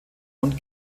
und